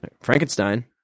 Frankenstein